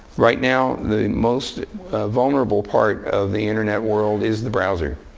right now, the most vulnerable part of the internet world is the browser.